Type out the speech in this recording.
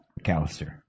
McAllister